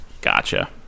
Gotcha